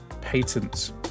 patents